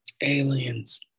Aliens